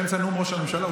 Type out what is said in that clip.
באמצע נאום ראש הממשלה.